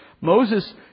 Moses